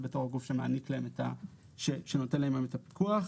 בתוך הגוף שמעניק להם ונותן להם את הפיקוח.